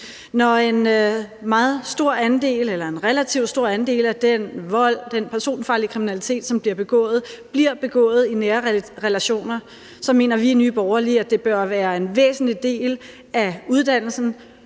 Når en relativt stor andel af den vold, den personfarlige kriminalitet, som bliver begået, bliver begået i nære relationer, så mener vi i Nye Borgerlige, at det bør være en væsentlig del af uddannelsen